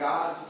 God